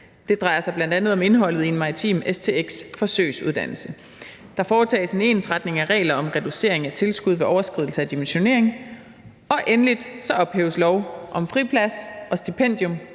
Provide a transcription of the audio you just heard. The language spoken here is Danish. Det drejer sig bl.a. om indholdet i en maritim stx-forsøgsuddannelse. Der foretages en ensretning af regler om reducering af tilskud ved overskridelse af dimensionering. Og endelig ophæves lov om friplads og stipendium